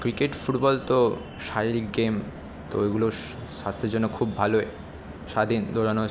cricket football তো শারীরিক game তো ওইগুলো স্বাস্থ্যের জন্য খুব ভালো সারা দিন দৌড়ানো